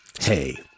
Hey